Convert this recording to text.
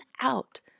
out